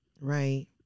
Right